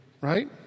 right